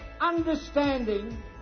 understanding